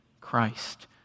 Christ